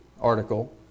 article